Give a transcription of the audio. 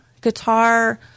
guitar